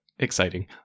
Exciting